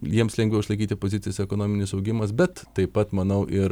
jiems lengviau išlaikyti pozicijas ekonominis augimas bet taip pat manau ir